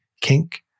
kink